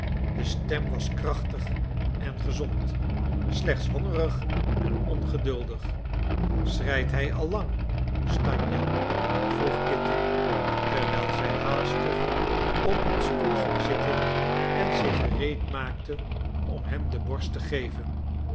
de stem was krachtig en gezond slechts hongerig en ongeduldig schreit hij al lang stanja vroeg kitty terwijl zij haastig op een stoel ging zitten en zich gereed maakte om hem de borst te geven